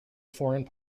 foreign